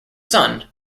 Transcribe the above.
son